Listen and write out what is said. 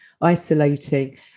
isolating